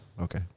Okay